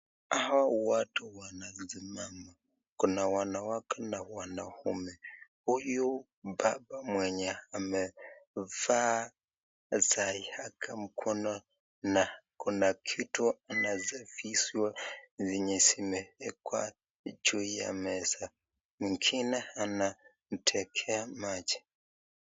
Hawa watu wanasimama. Kuna wanawake na wanaume. Huyu baba mwenye amevaa saa ya mkono, na kuna kitu anazivishwa zenye zimewekwa juu ya meza. Mwingine anamtekea maji.